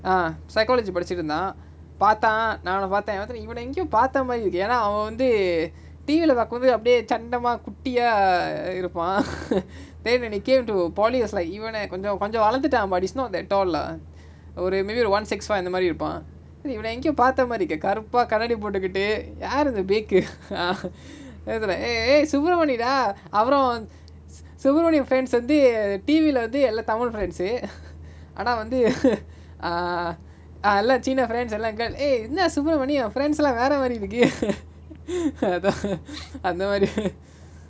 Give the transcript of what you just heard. ah psychology படிச்சிட்டு இருந்தா பாத்தா நா அவன பாத்த பாத்துட்டு இவன எங்கயோ பாத்த மாரி இருக்கு ஏனா அவவந்து:padichitu iruntha paatha na avana paatha paathutu ivana engayo paatha mari iruku yena avavanthu T_V lah பாக்கும்போது அப்டியே:paakumpothu apdiye channama குட்டியா இருப்பா:kuttya irupa then when came to polios like இவன கொஞ்சோ கொஞ்சோ வளந்துட்டா:ivana konko konjo valanthuta but he's not that tall lah ஒரு:oru maybe one six five அந்தமாரி இருப்பா இவன எங்கயோ பாத்த மாரி இருக்கே கருப்பா கண்ணாடி போட்டுகிட்டு யாரு இது:anthamari irupa ivana engayo paatha mari iruke karupa kannaadi potukittu yaaru ithu bag uh நேரத்தோட:nerathoda eh eh subramani டா அப்ரோ:daa apro vanth~ subramani and friends வந்து:vanthu T_V lah வந்து எல்லா:vanthu ella tamil friends uh ஆனா வந்து:aana vanthu err ah எல்லா சீனா:ella seena friends எல்லா:ella girl eh என்னா:ennaa subramani அவ:ava friends lah வேரமாரி இருக்கு:veramari iruku அதா:atha அந்தமாரி:anthamari